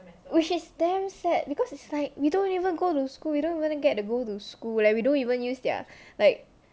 which is damn sad because it's like we don't even go to school we don't even get to go to school leh we don't even use their like